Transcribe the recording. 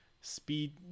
speed